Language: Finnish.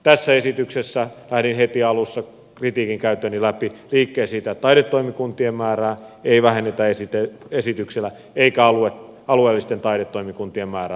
tässä esityksessä lähdin heti alussa käytyäni läpi kritiikin liikkeelle siitä että esityksellä ei vähennetä taidetoimikuntien eikä alueellisten taidetoimikuntien määrää